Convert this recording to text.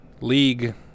league